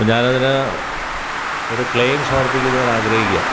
ഞാനതിന് ഒരു ക്ലെയിം സമർപ്പിക്കുന്നതിനാഗ്രഹിക്കുകയാണ്